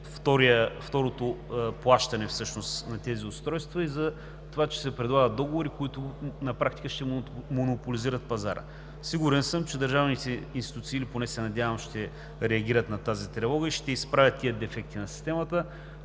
второто плащане на тези устройства и за това, че се предлагат договори, които на практика ще монополизират пазара. Сигурен съм, че държавните институции – или поне се надявам, ще реагират на тази тревога и ще изправят тези дефекти на системата.